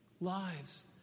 lives